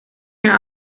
meer